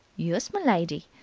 yus, m'lady.